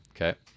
Okay